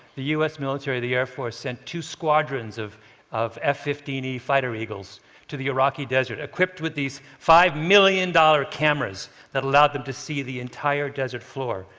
the u s. military, the air force, sent two squadrons of of f fifteen e fighter eagles to the iraqi desert equipped with these five million dollar cameras that allowed them to see the entire desert floor.